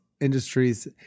industries